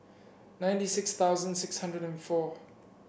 ninety six thousand six hundred and four